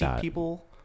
people